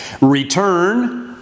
return